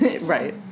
Right